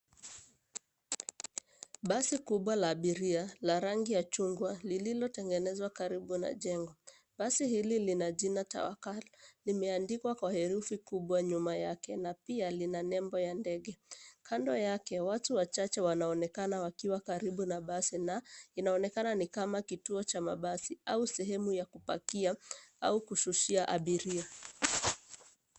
Basi kubwa la abiria la rangi ya chungwa lililotengenezwa karibu na jengo. Basi hili lina jina Tawakal, limeandikwa kwa herufi kubwa nyuma yake na pia lina nembo ya ndege. Kando yake, watu wachache wanaonekana wakiwa karibu na basi na inaonekana ni kama kituo cha mabasi au sehemu ya kupakia au kushushia abiria.